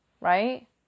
right